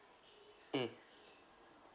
mm